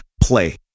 play